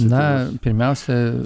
na pirmiausia